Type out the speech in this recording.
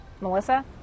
Melissa